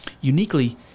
Uniquely